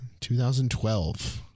2012